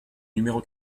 numéro